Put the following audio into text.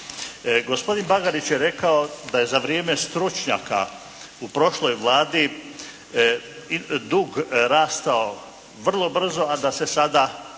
Gospodin Bagarić je rekao da je za vrijeme stručnjaka u prošloj Vladi dug rastao vrlo brzo a da se sada